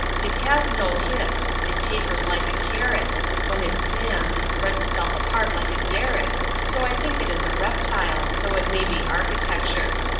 it has no hips it tapers like a carrot when it stands, it spreads itself apart like a derrick so i think it is a reptile, though it may be architecture.